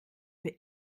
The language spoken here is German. für